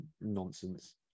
nonsense